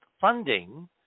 funding